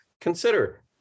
consider